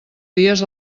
dies